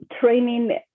training